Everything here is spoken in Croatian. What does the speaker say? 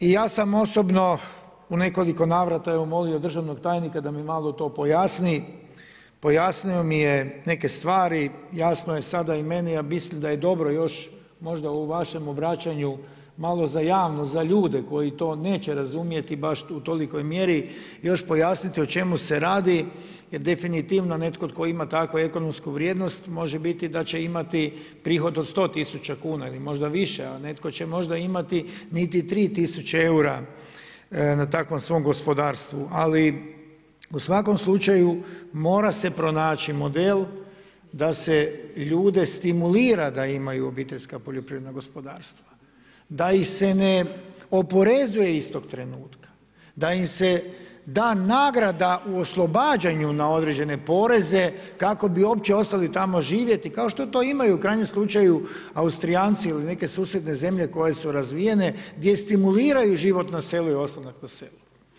Ja sam osobno u nekoliko navrata molio državnog tajnika da mi malo to pojasni, pojasnio mi je neke stvari, jasno je sada i meni i mislim da je dobro još možda u vašem obraćanju malo za javnost, za ljude koji to neće razumjeti baš u tolikoj mjeri, još pojasniti o čemu se radi jer definitivno netko tko ima takvu ekonomsku vrijednost, može biti da će imati prihod od 100 000 kuna ili možda više, a netko će možda imati niti 3 000 eura na takvom svom gospodarstvu ali u svakom slučaju mora se pronaći model da se ljude stimulira da imaju OPG-ove, da ih se ne oporezuje istog trenutka, da im se da nagrada u oslobađanju na određene poreze kako bi uopće ostali tamo živjeti kao što to imaju u krajnjem slučaju Austrijanci ili neke susjedne zemlje koje su razvijene, gdje stimuliraju život na selu i ostanak na selu.